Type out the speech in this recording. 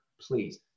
please